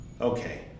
Okay